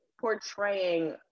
portraying